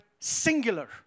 singular